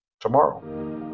tomorrow